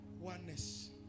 oneness